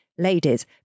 Ladies